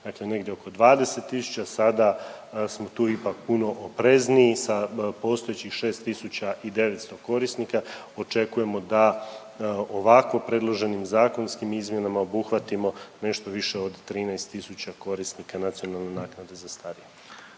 dakle negdje oko 20 tisuća, sada smo tu ipak puno oprezniji, sa postojećih 6 tisuća i 900 korisnika očekujemo da ovako predloženim zakonskim izmjenama obuhvatimo nešto više od 13 tisuća korisnika nacionalne naknade za starije.